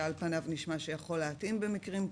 שעל פניו נשמע שיכול להתאים במקרים כאלה,